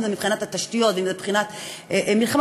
אם זה מבחינת התשתיות ואם זה מבחינת מלחמה